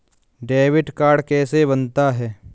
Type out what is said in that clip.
Debit card कैसे बनता है?